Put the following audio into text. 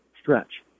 stretch